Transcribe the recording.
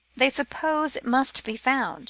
they suppose it must be found,